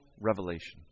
revelation